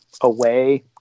away